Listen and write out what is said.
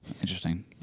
Interesting